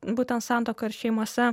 būtent santuokoj ir šeimose